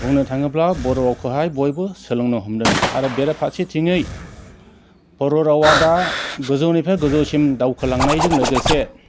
बुंनो थाङोब्ला बर'खौहाय बयबो सोलोंनो हमदों आरो बेराफारसेथिङै बर' रावा दा गोजौनिफ्राय गोजौसिम दावखोलांनायजों लोगोसे